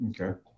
Okay